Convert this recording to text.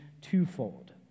twofold